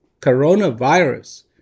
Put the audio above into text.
coronavirus